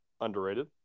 Underrated